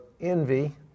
envy